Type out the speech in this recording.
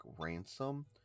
Ransom